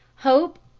hope,